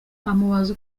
amubaza